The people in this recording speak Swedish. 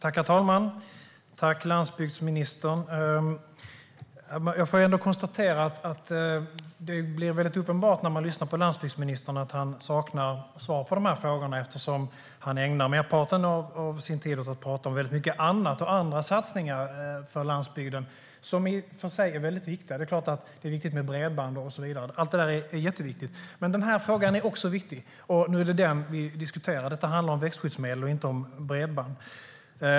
Herr talman! Tack, landsbygdsministern! Jag får konstatera att det blir väldigt uppenbart när man lyssnar på landsbygdsministern att han saknar svar på de här frågorna, eftersom han ägnar merparten av sin tid åt att prata om väldigt mycket annat och andra satsningar för landsbygden - som i och för sig är väldigt viktiga. Det är klart att det är viktigt med bredband och så vidare. Allt det där är jätteviktigt, men den här frågan är också viktig, och nu är det den vi diskuterar. Detta handlar om växtskyddsmedel och inte om bredband.